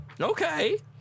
Okay